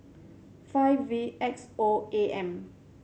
five V X O A M